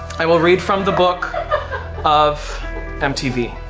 i will read from the book of mtv.